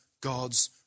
God's